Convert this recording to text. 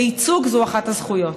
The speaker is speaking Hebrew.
וייצוג זה אחת הזכויות.